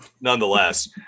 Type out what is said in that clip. nonetheless